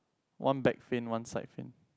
one back fin one side fin